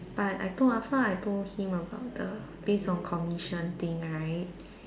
but I told after I told him about the based on commission thing right